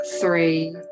three